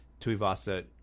Tuivasa